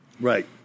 Right